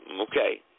Okay